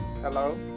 hello